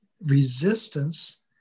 resistance